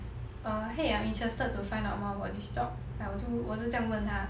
err !hey! I'm interested to find out more about this job like 我就我就这样问他